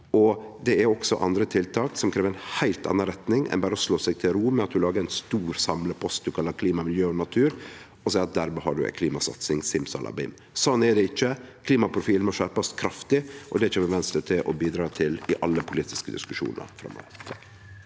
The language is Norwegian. Det er også andre tiltak som krev ei heilt anna retning enn berre å slå seg til ro med at ein lagar ein stor samlepost ein kallar klima, miljø og natur, og seier at dermed har vi ei klimasatsing – simsalabim. Slik er det ikkje. Klimaprofilen må skjerpast kraftig, og det kjem Venstre til å bidra til i alle politiske diskusjonar framover.